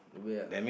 where ah